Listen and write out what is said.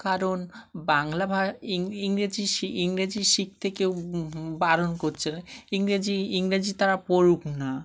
কারণ বাংলা ভাষা ইংরেজি ইংরেজি শিখতে কেউ বারণ করছে না ইংরেজি ইংরেজি তারা পড়ুক না